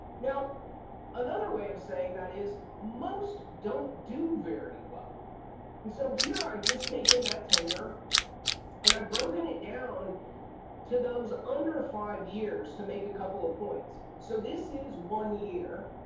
now another way of saying that is, most don't do very well and so here i've just taken that tenure and i've broken it down to those under five years to make a couple of points. so this is one year,